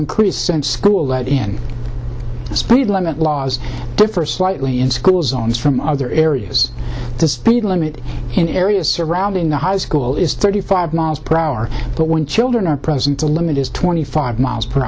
included since school let in the speed limit laws differ slightly in school zones from other areas the speed limit in areas surrounding the high school is thirty five miles per hour but when children are present the limit is twenty five